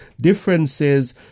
differences